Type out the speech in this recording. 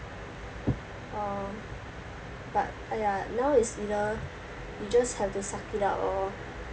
mm um but !aiya! now is in a you just have to suck it up lor